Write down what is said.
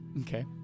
Okay